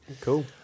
Cool